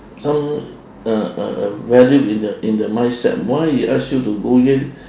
some uh uh uh value in the in the mindset why he ask you to go in